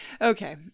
Okay